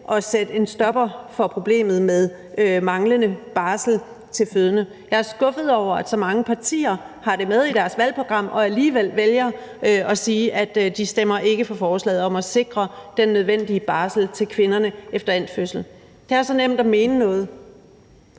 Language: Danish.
at sætte en stopper for problemet med manglende barsel til fødende. Jeg er skuffet over, at så mange partier har det med i deres valgprogram og alligevel vælger at sige, at de ikke stemmer for forslaget om at sikre den nødvendige barsel til kvinderne efter endt fødsel. Det er så nemt at mene noget,